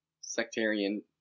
sectarian